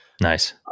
nice